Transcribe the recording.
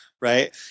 right